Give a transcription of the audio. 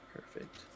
Perfect